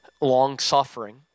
long-suffering